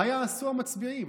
מה יעשו המצביעים?